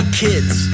kids